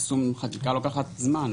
יישום חקיקה לוקח זמן.